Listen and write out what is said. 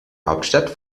hauptstadt